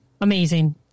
amazing